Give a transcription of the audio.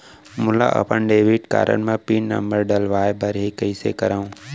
मोला अपन debit card म पिन नंबर डलवाय बर हे कइसे करव?